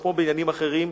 כמו בעניינים אחרים,